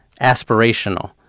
aspirational